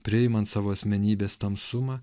priimant savo asmenybės tamsumą